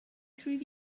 through